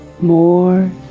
more